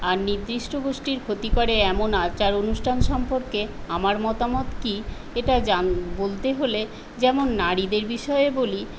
আর নির্দিষ্ট গোষ্ঠীর ক্ষতি করে এমন আচার অনুষ্ঠান সম্পর্কে আমার মতামত কি এটা জান বলতে হলে যেমন নারীদের বিষয়ে বলি